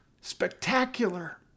spectacular